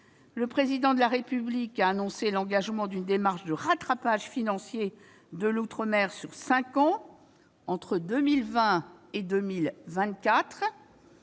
Le Président de la République a annoncé l'engagement d'une démarche de rattrapage financier de l'outre-mer sur cinq ans, entre 2020 et 2024.